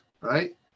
right